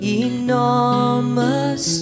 enormous